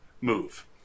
move